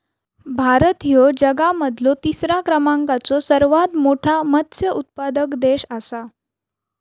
भारत ह्यो जगा मधलो तिसरा क्रमांकाचो सर्वात मोठा मत्स्य उत्पादक देश आसा